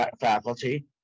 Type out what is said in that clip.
faculty